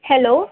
hello